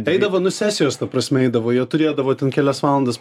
eidavo nu sesijos ta prasme eidavo jie turėdavo ten kelias valandas